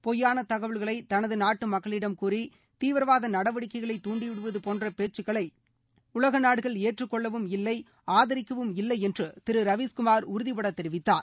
பொய்யான தகவல்களை தனது நாட்டு மக்களிடம் கூறி தீவிரவாத நடவடிக்கைகளை தூண்டிவிடுவது போன்ற பேச்சுக்களை உலக நாடுகள் ஏற்றுக்கொள்ளவும் இல்லை ஆதரிக்கவும் இல்லை என்று திரு ரவீஸ்குமார் உறுதிபட தெரிவித்தார்